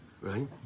right